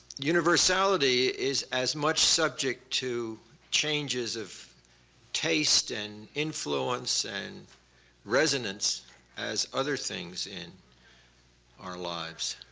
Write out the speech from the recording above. universality is as much subject to changes of taste and influence and resonance as other things in our lives.